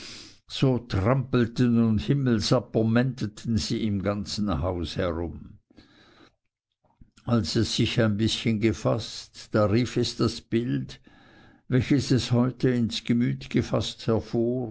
so trampelten und himmelsappermenteten sie im ganzen hause herum als es sich ein bißchen gefaßt da rief es das bild welches es heute ins gemüt gefaßt hervor